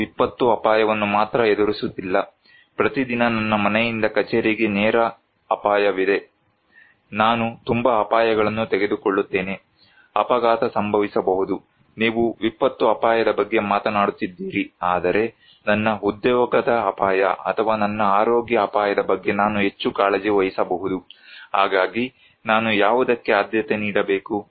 ನಾನು ವಿಪತ್ತು ಅಪಾಯವನ್ನು ಮಾತ್ರ ಎದುರಿಸುತ್ತಿಲ್ಲ ಪ್ರತಿದಿನ ನನ್ನ ಮನೆಯಿಂದ ಕಚೇರಿಗೆ ನೇರ ಅಪಾಯವಿದೆ ನಾನು ತುಂಬಾ ಅಪಾಯಗಳನ್ನು ತೆಗೆದುಕೊಳ್ಳುತ್ತೇನೆ ಅಪಘಾತ ಸಂಭವಿಸಬಹುದು ನೀವು ವಿಪತ್ತು ಅಪಾಯದ ಬಗ್ಗೆ ಮಾತನಾಡುತ್ತಿದ್ದೀರಿ ಆದರೆ ನನ್ನ ಉದ್ಯೋಗದ ಅಪಾಯ ಅಥವಾ ನನ್ನ ಆರೋಗ್ಯ ಅಪಾಯದ ಬಗ್ಗೆ ನಾನು ಹೆಚ್ಚು ಕಾಳಜಿ ವಹಿಸಬಹುದು ಹಾಗಾಗಿ ನಾನು ಯಾವುದಕ್ಕೆ ಆದ್ಯತೆ ನೀಡಬೇಕು